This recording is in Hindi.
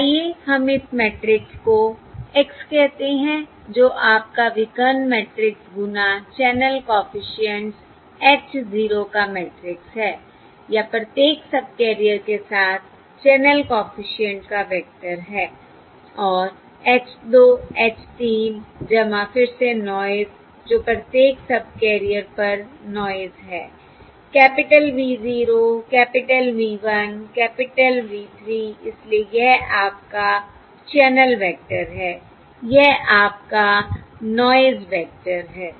आइए हम इस मैट्रिक्स को X कहते हैं जो आपका विकर्ण मैट्रिक्स गुना चैनल कॉफिशिएंट्स H 0 का मैट्रिक्स है या प्रत्येक सबकैरियर के साथ चैनल कॉफिशिएंट का वेक्टर है और H 2 H 3 फिर से नॉयस जो प्रत्येक सबकैरियर पर नॉयस है capital V 0 capital V 1 capital V 3 इसलिए यह आपका चैनल वेक्टर है यह आपका नॉयस वेक्टर है